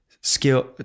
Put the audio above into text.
skill